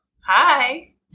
Hi